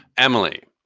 emily,